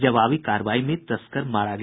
जवाबी कार्रवाई में तस्कर मारा गया